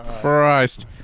Christ